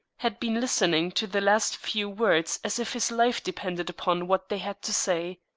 had been listening to the last few words as if his life depended upon what they had to say.